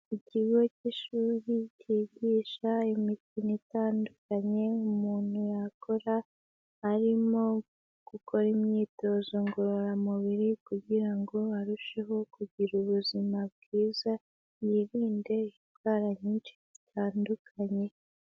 Ikigo cy'ishuri cyigisha imikino itandukanye umuntu yakora arimo gukora imyitozo ngororamubiri kugira ngo arusheho kugira ubuzima bwiza, yirinde indwara nyinshi zitandukanye.